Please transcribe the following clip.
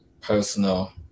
personal